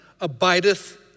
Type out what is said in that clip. abideth